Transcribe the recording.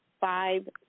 five